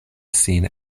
sin